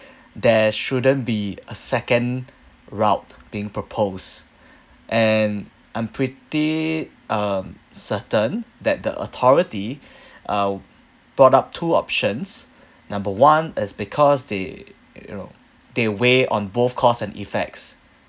there shouldn't be a second route being proposed and I'm pretty um certain that the authority uh brought up two options number one is because they you know they weigh on both cause and effects